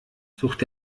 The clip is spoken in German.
sucht